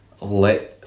let